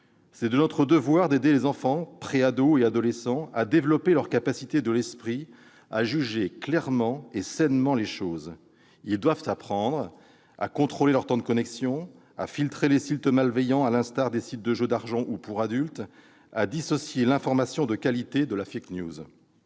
est de notre devoir d'aider les enfants, préadolescents et adolescents à développer leur capacité à juger clairement et sainement des choses. Ils doivent apprendre à contrôler leur temps de connexion, à filtrer les sites malveillants, à l'instar des sites de jeux d'argent ou pour adultes, à dissocier l'information de qualité des Dans